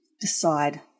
decide